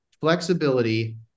flexibility